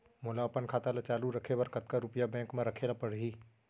मोला अपन खाता चालू रखे बर कतका रुपिया बैंक म रखे ला परही?